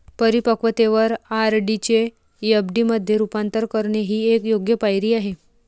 परिपक्वतेवर आर.डी चे एफ.डी मध्ये रूपांतर करणे ही एक योग्य पायरी आहे